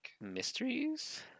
Mysteries